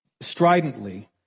stridently